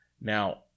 Now